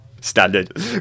Standard